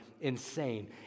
insane